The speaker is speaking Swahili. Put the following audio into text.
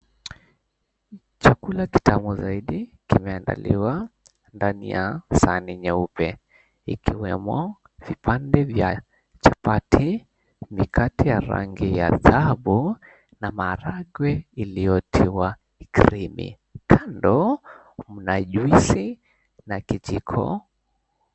Chakula kitamu zaidi kimeandaliwa ndani ya sahani nyeupe, ikiwemo vipande vya chapati, mikate ya rangi ya dhahabu na maharagwe iliyotiwa krimi. Kando mna juisi na kijiko.